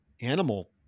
animal